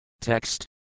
Text